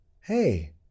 Hey